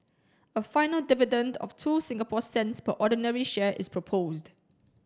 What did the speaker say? a final dividend of two Singapore cents per ordinary share is proposed